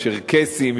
הצ'רקסיים,